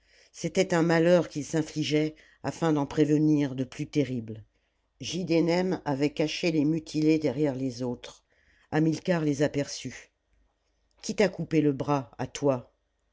c'était un malheur qu'il s'infligeai afin d'en prévenir de plus terribles giddenem avait caché les mutilés derrière les autres hamilcar les aperçut qlh t'a coupé le bras à toi